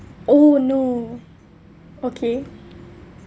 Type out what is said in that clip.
oh no okay